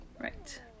Right